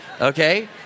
okay